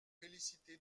félicité